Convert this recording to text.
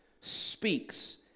speaks